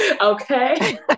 Okay